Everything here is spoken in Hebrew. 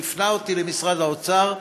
שהפנה אותי למשרד האוצר,